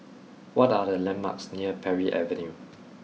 what are the landmarks near Parry Avenue